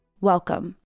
Welcome